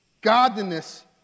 godliness